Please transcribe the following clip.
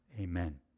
Amen